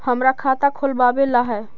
हमरा खाता खोलाबे ला है?